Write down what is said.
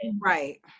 Right